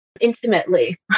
intimately